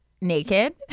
naked